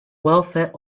welfare